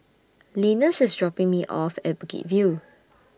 Linus IS dropping Me off At Bukit View